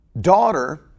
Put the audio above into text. daughter